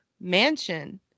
mansion